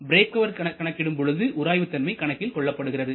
break power கணக்கிடும் பொழுது உராய்வு தன்மை கணக்கில் கொள்ளப்படுகிறது